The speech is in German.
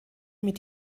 mit